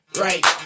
Right